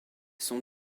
sont